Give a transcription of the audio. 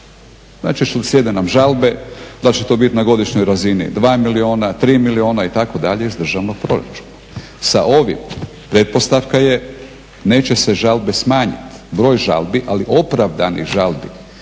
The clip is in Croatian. Najčešće sjedaju nam žalbe, da će to biti na godišnjoj razini 2 milijuna, 3 milijuna, itd. iz državnog proračuna. Sa ovim pretpostavka je neće se žalbe smanjiti, broj žalbi, ali opravdanih žalbi